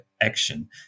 action